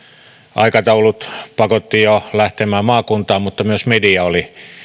aikataulut pakottivat valtaosan kansanedustajista lähtemään maakuntaan mutta myös media oli